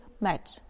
match